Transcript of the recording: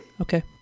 Okay